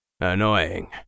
Annoying